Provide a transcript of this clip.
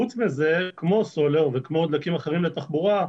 חוץ מזה, כמו סולר וכמו דלקים אחרים לתחבורה,